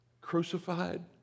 Crucified